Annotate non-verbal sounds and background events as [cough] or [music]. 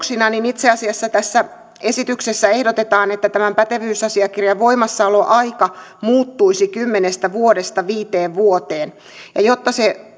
muutoksina niin itse asiassa tässä esityksessä ehdotetaan että tämän pätevyysasiakirjan voimassaoloaika muuttuisi kymmenestä vuodesta viiteen vuoteen jotta se [unintelligible]